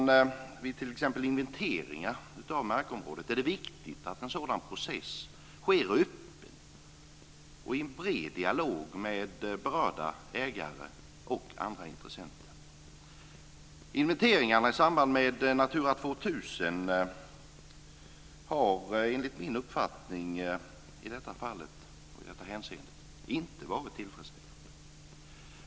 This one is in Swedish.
Det är t.ex. viktigt att en sådan process som inventering av markområden bedrivs öppet och i en bred dialog med berörda ägare och andra intressenter. Inventeringarna i samband med Natura 2000 har enligt min uppfattning inte varit tillfredsställande i detta hänseende.